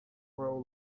grow